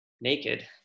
Naked